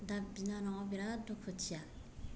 दा बिनानावा बिराद दुखुथिया